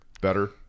Better